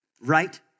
right